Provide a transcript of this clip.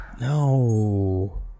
No